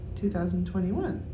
2021